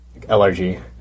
LRG